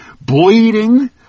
bleeding